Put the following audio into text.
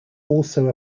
also